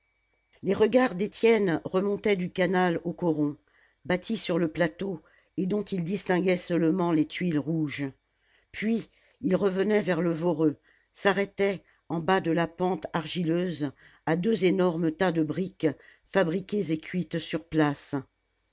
les regards d'étienne remontaient du canal au coron bâti sur le plateau et dont il distinguait seulement les tuiles rouges puis ils revenaient vers le voreux s'arrêtaient en bas de la pente argileuse à deux énormes tas de briques fabriquées et cuites sur place